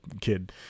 kid